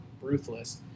ruthless